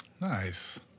Nice